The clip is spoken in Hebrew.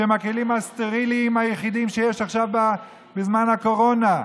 שהם הכלים הסטריליים היחידים שיש עכשיו בזמן הקורונה.